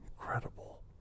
incredible